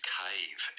cave